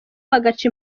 bagaca